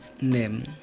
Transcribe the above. name